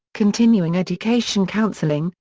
continuing education counseling,